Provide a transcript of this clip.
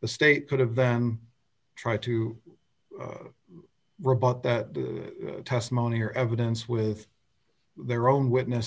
the state could have then try to rebut that testimony or evidence with their own witness